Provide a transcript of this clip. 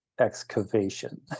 excavation